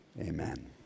Amen